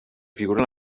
figuren